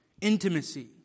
intimacy